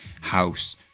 house